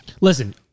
Listen